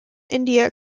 india